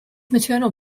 maternal